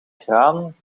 kraan